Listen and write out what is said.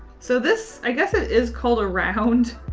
so this i guess it is called a round,